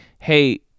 hey